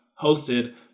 hosted